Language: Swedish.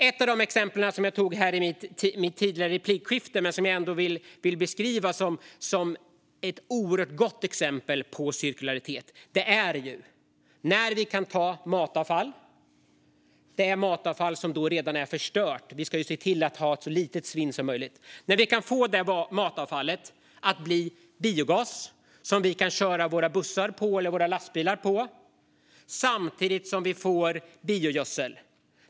Ett av de exempel som jag tog upp i mitt tidigare replikskifte, som jag vill beskriva som ett oerhört gott exempel på cirkularitet, handlar om när vi kan få det matavfall som redan är förstört - vi ska ju se till att ha så lite svinn som möjligt - att bli biogas som vi kan köra våra bussar eller lastbilar på samtidigt som vi får biogödsel.